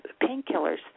painkillers